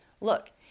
look